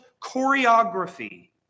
choreography